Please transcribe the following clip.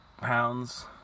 pounds